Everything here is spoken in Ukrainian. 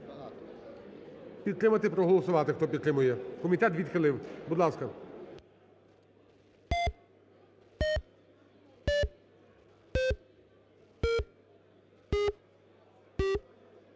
підтримати, проголосувати, хто підтримує, комітет відхилив, будь ласка.